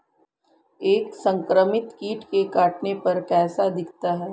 एक संक्रमित कीट के काटने पर कैसा दिखता है?